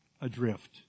adrift